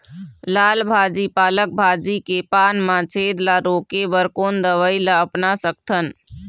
लाल भाजी पालक भाजी के पान मा छेद ला रोके बर कोन दवई ला अपना सकथन?